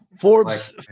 Forbes